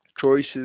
choices